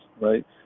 right